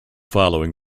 following